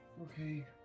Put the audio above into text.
Okay